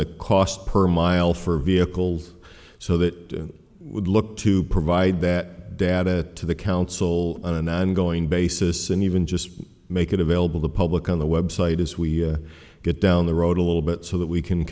a cost per mile for vehicles so that it would look to provide that data to the council on an ongoing basis and even just make it available to the public on the website as we get down the road a little bit so that we can